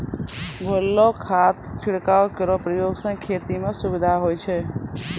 घोललो खाद छिड़काव केरो प्रयोग सें खेती म सुविधा होय छै